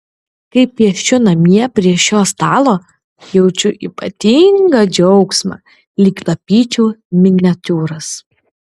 kai piešiu namie prie šio stalo jaučiu ypatingą džiaugsmą lyg tapyčiau miniatiūras